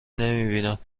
نمیبینم